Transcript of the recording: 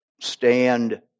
stand